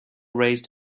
raised